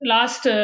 Last